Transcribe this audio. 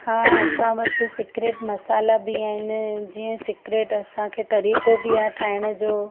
हा असां वटि सिक्रेट मसाला बि आहिनि जीअं सिक्रेट असांखे तरीक़ो बि आहे ठाहिण जो